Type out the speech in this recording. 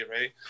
right